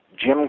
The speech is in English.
Jim